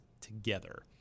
together